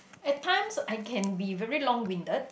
at times I can be very long winded